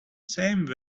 same